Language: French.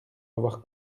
avoir